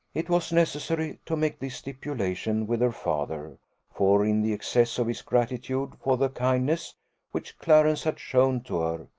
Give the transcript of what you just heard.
it was necessary to make this stipulation with her father for in the excess of his gratitude for the kindness which clarence had shown to her,